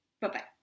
Bye-bye